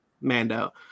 Mando